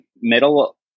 middle